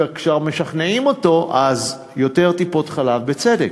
וכשכבר משכנעים אותו אז יותר טיפות-חלב, בצדק,